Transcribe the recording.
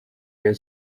rayon